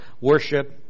Worship